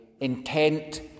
intent